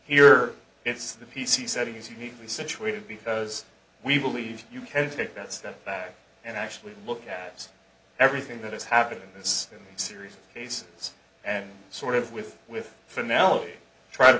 here it's the p c setting is uniquely situated because we believe you can take that step back and actually look at everything that has happened in this series of cases and sort of with with finale try to